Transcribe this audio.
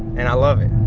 and i love it